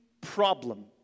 problem